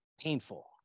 painful